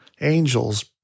angels